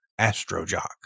Astrojock